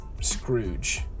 Scrooge